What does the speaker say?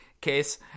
Case